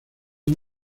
han